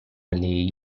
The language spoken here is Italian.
lei